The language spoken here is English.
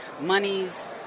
Monies